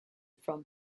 from